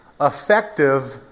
effective